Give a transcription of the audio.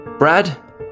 brad